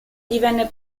divenne